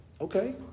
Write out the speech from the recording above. Okay